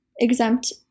exempt